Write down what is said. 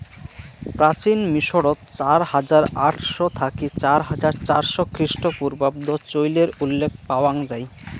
প্রাচীন মিশরত চার হাজার আটশ থাকি চার হাজার চারশ খ্রিস্টপূর্বাব্দ চইলের উল্লেখ পাওয়াং যাই